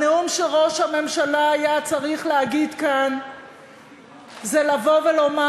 הנאום שראש הממשלה היה צריך להגיד כאן זה לבוא ולומר,